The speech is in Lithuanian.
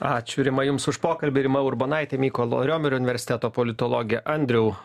ačiū rima jums už pokalbį rima urbonaitė mykolo riomerio universiteto politologė andriau